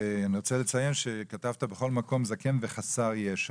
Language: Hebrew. ואני רוצה לציין שכתבת בכל מקום "זקן וחסר ישע",